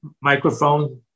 microphone